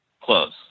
close